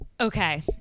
okay